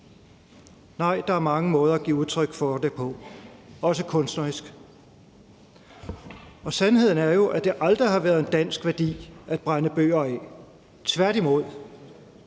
Nej, der er mange måder at give udtryk for det på, også kunstnerisk. Sandheden er jo, at det aldrig har været en dansk værdi at brænde bøger af, tværtimod.